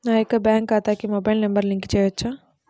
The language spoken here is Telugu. నా యొక్క బ్యాంక్ ఖాతాకి మొబైల్ నంబర్ లింక్ చేయవచ్చా?